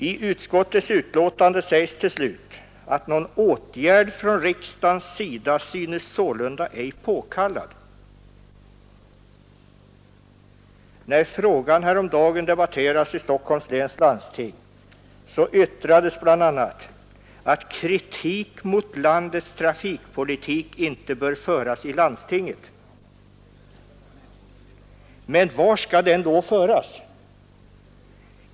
I utskottets utlåtande sägs till slut: ”Någon åtgärd från riksdagens sida synes sålunda ej påkallad.” När frågan häromdagen debatterades i Stockholms läns landsting yttrades bl.a. att kritik mot landets trafikpolitik inte bör föras i landstinget. Men var skall den då föras?